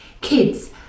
Kids